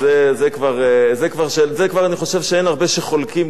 אני חושב שאין הרבה שחולקים כאן לגבי העיתון הזה,